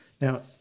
Now